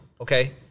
Okay